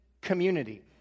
community